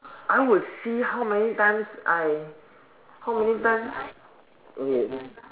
I would see how many times I how many times okay